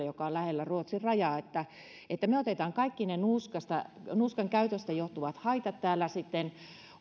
joka on lähellä ruotsin rajaa me otamme kaikki ne nuuskan käytöstä johtuvat haitat täällä